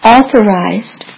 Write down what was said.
Authorized